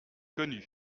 connus